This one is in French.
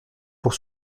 pour